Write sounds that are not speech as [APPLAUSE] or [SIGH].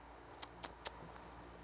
[NOISE] [NOISE] [NOISE]